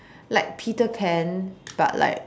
like Peter pan but like